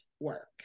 work